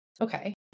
Okay